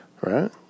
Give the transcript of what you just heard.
Right